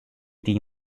dee